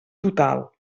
total